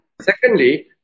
Secondly